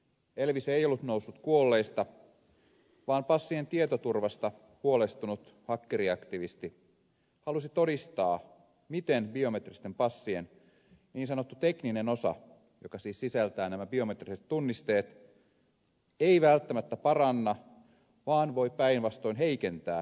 elvis ei ollut noussut kuolleista vaan passien tietoturvasta huolestunut hakkeriaktivisti halusi todistaa miten biometristen passien niin sanottu tekninen osa joka siis sisältää nämä biometriset tunnisteet ei välttämättä paranna vaan voi päinvastoin heikentää passien turvallisuutta